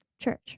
church